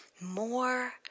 More